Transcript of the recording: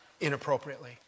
inappropriately